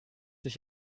dich